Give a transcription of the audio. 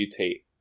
mutate